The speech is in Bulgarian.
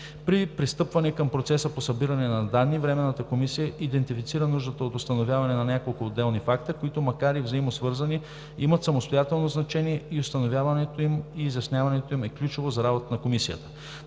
При пристъпване към процеса по събиране на данни, Временната комисия идентифицира нуждата от установяване на няколко отделни факта, които макар и взаимосвързани, имат самостоятелно значение и установяването им и изясняването им е ключово за работата на Комисия.